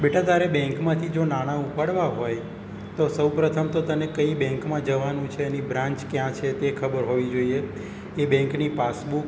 બેટા તારે બેંકમાંથી જો નાણાં ઉપાડવાં હોય તો સૌપ્રથમ તો તને કઈ બેન્કમાં જવાનું છે એની બ્રાન્ચ ક્યાં છે તે ખબર હોવી જોઈએ એ બેન્કની પાસબુક